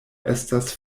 estas